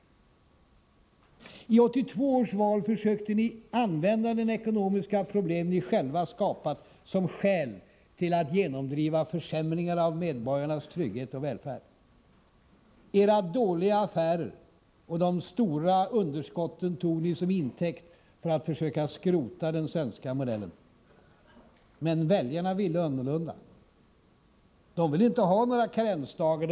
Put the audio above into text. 11982 års valrörelse försökte ni använda de ekonomiska problem ni själva skapat som skäl till att genomdriva försämringar av medborgarnas trygghet och välfärd. Era dåliga affärer och de stora underskotten tog ni som intäkt för att försöka skrota den svenska modellen. Men väljarna ville annorlunda. De ville inte ha några karensdagar.